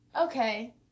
Okay